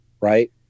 right